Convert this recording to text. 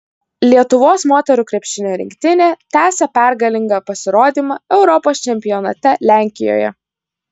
lietuvos moterų krepšinio rinktinė tęsia pergalingą pasirodymą europos čempionate lenkijoje